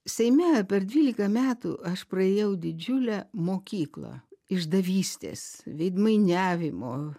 seime per dvylika metų aš praėjau didžiulę mokyklą išdavystės veidmainiavimo